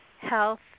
health